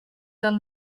del